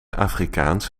afrikaans